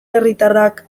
herritarrak